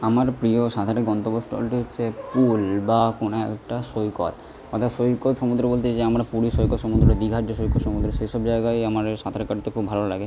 আমার প্রিয় সাঁতারের গন্তব্যস্থলটি হচ্ছে পুল বা কোনো একটা সৈকত অর্থাৎ সৈকত সমুদ্র বলতে যে আমরা পুরীর সৈকত সমুদ্র দীঘার যে সৈকত সমুদ্র সে সব জায়গায় আমার সাঁতার কাটতে খুব ভালো লাগে